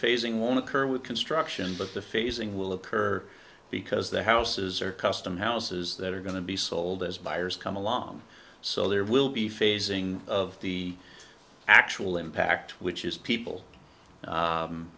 phasing one occur with construction but the phasing will occur because the houses are custom houses that are going to be sold as buyers come along so there will be phasing of the actual impact which is people